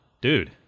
Dude